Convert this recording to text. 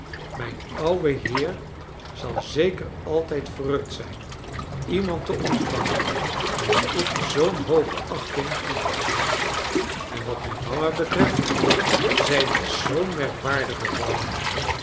mijn ouwe heer zal zeker altij d verrukt zijn iemand te oritvangen wie ik zoo'n hooge achting toedraag en wat mijn mama betreft zij is zoo'n merkwaardige vrouw